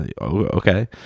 okay